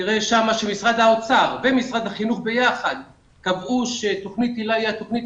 תראה שם שמשרד האוצר ומשרד החינוך ביחד קבעו שתוכנית היל"ה היא תוכנית